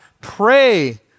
Pray